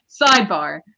Sidebar